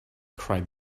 cried